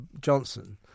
Johnson